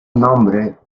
nombre